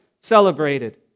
celebrated